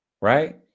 right